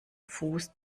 fuß